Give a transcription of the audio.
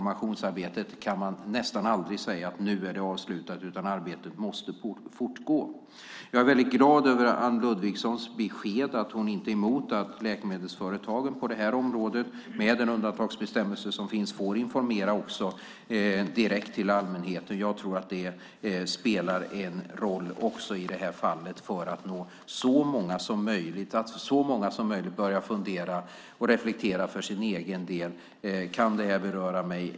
Man kan nästan aldrig säga att informationsarbetet är avslutat, utan arbetet måste fortgå. Jag är väldigt glad över Anne Ludvigssons besked att hon inte är emot att läkemedelsföretagen på detta område med den undantagsbestämmelse som finns får informera också direkt till allmänheten. Jag tror att det spelar en roll i detta fall för att nå så många som möjligt. Så många som möjligt ska börja fundera och reflektera för sin egen del: Kan detta beröra mig?